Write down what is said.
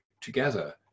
together